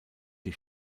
die